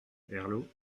herlaut